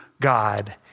God